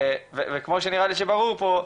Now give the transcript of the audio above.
כמו שנראה לי שברור פה,